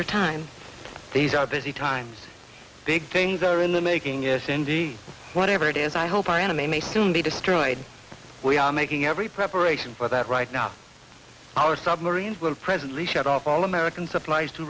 your time these are busy times big things are in the making is indeed whatever it is i hope our enemy may soon be destroyed we are making every preparation but that right now our submarines will presently shut off all american supplies to